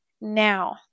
now